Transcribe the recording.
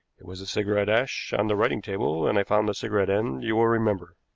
it was cigarette ash on the writing-table, and i found the cigarette end, you will remember.